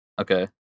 Okay